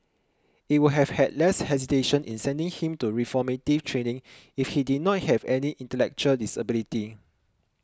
it would have had less hesitation in sending him to reformative training if he did not have any intellectual disability